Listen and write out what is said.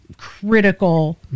critical